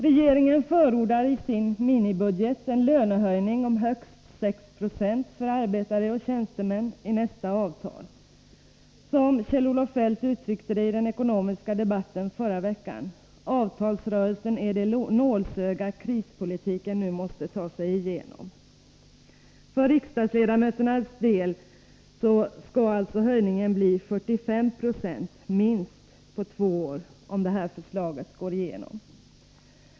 Regeringen förordar i sin minibudget en lönehöjning om högst 6 70 för arbetare och tjänstemän i nästa avtal. Som Kjell-Olof Feldt uttryckte det i den ekonomiska debatten förra veckan: Avtalsrörelsen är det nålsöga krispolitiken nu måste ta sig igenom. För riksdagsledamöternas del skall alltså höjningen bli minst 45 96 under en tvåårsperiod, om det här förslaget går igenom.